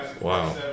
Wow